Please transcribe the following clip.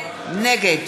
נגד